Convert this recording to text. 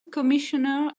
commissioner